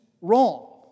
wrong